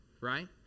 right